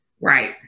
Right